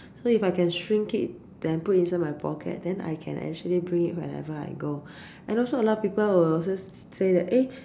so if I can shrink it then put inside my pocket then I can actually bring it wherever I go and also a lot people will also say that eh